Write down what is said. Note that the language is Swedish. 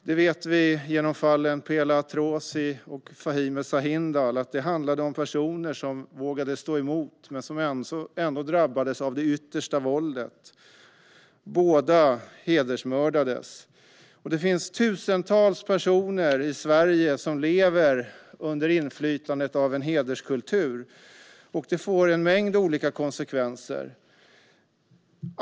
Det vet vi genom fallen Pela Atroshi och Fadime Sahindal, personer som vågade stå emot men som ändå drabbades av det yttersta våldet. Båda två hedersmördades. Det finns tusentals personer i Sverige som lever under inflytandet av en hederskultur, vilket får en mängd olika konsekvenser.